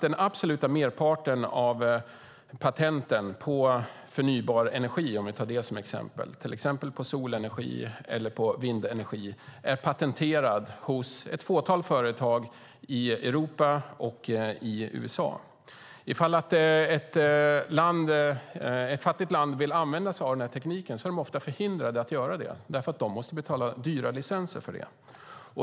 Den absoluta merparten av patenten på förnybar energi, till exempel solenergi eller vindenergi, finns hos ett fåtal företag i Europa och USA. Ifall ett fattigt land vill använda sig av den tekniken är de ofta förhindrade att göra det eftersom de måste betala dyra licenser för det.